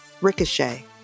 Ricochet